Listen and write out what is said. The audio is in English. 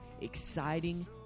exciting